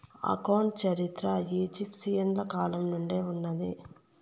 account చరిత్ర ఈజిప్షియన్ల కాలం నుండే ఉన్నాది